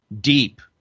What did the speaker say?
deep